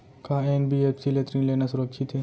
का एन.बी.एफ.सी ले ऋण लेना सुरक्षित हे?